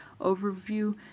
overview